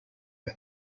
are